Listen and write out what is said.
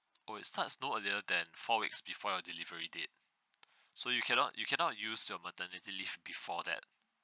oh it starts no earlier than four weeks before your delivery date so you cannot you cannot use your maternity leave before that